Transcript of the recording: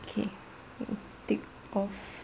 okay take off